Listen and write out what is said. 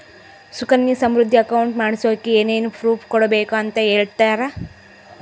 Sukanya Samriddhi account ಮಾಡಿಸೋಕೆ ಏನೇನು proof ಕೊಡಬೇಕು ಅಂತ ಹೇಳ್ತೇರಾ?